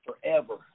forever